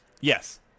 yes